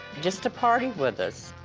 just to party with us.